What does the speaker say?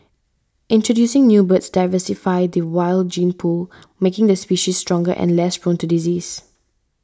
introducing new birds diversify the wild gene pool making the species stronger and less prone to disease